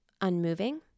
unmoving